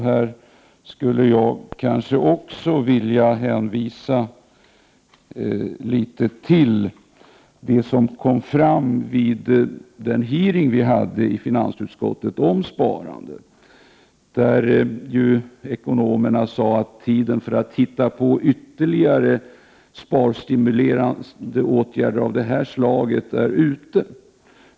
Här skulle jag vilja hänvisa litet till vad som kom fram vid den utfrågning som vi hade i finansutskottet om sparandet. Ekonomerna framhöll att tiden för att hitta på ytterligare sparstimulerande åtgärder av det här slaget är ute.